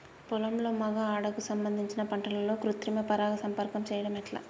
పొలంలో మగ ఆడ కు సంబంధించిన పంటలలో కృత్రిమ పరంగా సంపర్కం చెయ్యడం ఎట్ల?